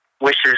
wishes